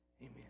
Amen